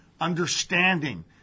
understanding